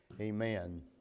Amen